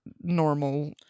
normal